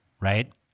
Right